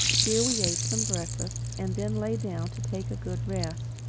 here we ate some breakfast and then lay down to take a good rest.